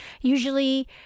Usually